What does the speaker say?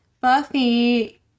Buffy